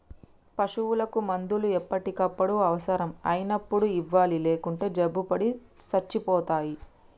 పశువులకు మందులు ఎప్పటికప్పుడు అవసరం అయినప్పుడు ఇవ్వాలి లేకుంటే జబ్బుపడి సచ్చిపోతాయి